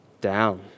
down